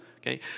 okay